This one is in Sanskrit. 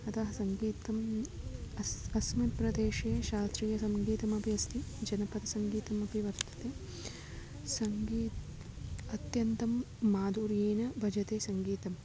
अतः सङ्गीतम् अस् अस्मद् प्रदेशे शास्त्रीयसङ्गीतमपि अस्ति जनपदसङ्गीतमपि वर्तते सङ्गीतम् अत्यन्तं माधुर्येन भजते सङ्गीतम्